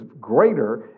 greater